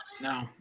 No